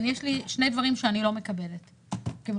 יש לי שני דברים שאני לא מקבלת בנתונים.